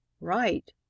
Right